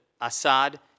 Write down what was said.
Assad